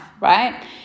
right